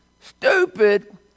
Stupid